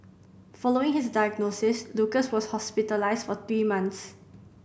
following his diagnosis Lucas was hospitalised for three months